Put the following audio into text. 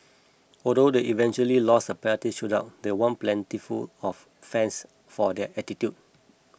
although they eventually lost the penalty shootout they won plenty of fans for their attitude